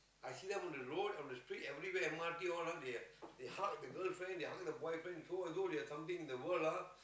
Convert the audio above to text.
I see them on the road on the street I only wait m_r_t all of they they hug the girlfriend they hugging the boyfriend so and so there're something in the world lah